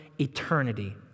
eternity